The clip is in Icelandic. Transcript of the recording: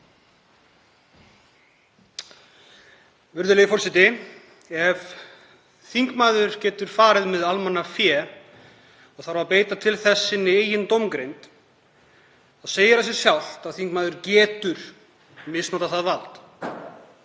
Virðulegur forseti. Ef þingmaður getur farið með almannafé og þarf að beita til þess sinni eigin dómgreind þá segir það sig sjálft að þingmaður getur misnotað það vald.